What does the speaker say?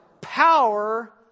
Power